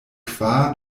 kvar